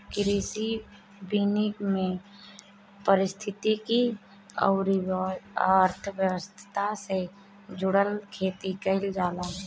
कृषि वानिकी में पारिस्थितिकी अउरी अर्थव्यवस्था से जुड़ल खेती कईल जाला